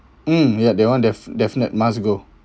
mm ya that one def~ definite must go